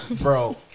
bro